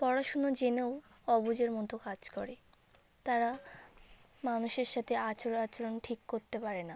পড়াশুনো জেনেও অবুঝের মতো কাজ করে তারা মানুষের সাতে আচর ও আচরণ ঠিক করতে পারে না